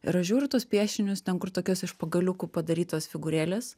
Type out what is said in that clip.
ir aš žiūriu į tuos piešinius ten kur tokios iš pagaliukų padarytos figūrėlės